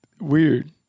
Weird